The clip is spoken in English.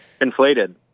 Inflated